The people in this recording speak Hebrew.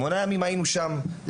היינו שם שמונה ימים,